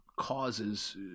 causes